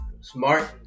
smart